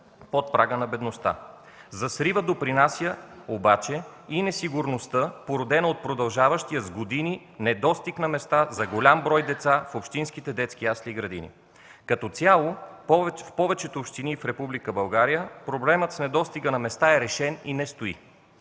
под прага на бедността. За срива допринася обаче и несигурността, породена от продължаващия с години недостиг на места за голям брой деца в общинските детски ясли и градини. Като цяло в повечето общини в Република България проблемът с недостига на места е решен и не стои.